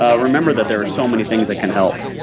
ah remember that there are so many things that can help